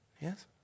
Yes